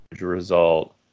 result